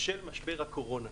בשל משבר הקורונה.